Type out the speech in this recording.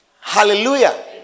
Hallelujah